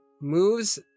moves